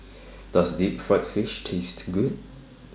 Does Deep Fried Fish Taste Good